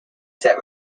set